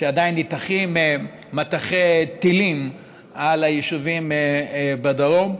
כשעדיין ניתכים מטחי טילים על היישובים בדרום,